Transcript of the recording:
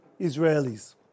Israelis